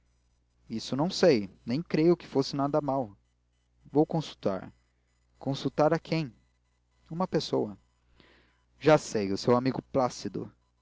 isso não sei nem creio que fosse nada mau vou consultar consultar a quem uma pessoa já sei o seu amigo plácido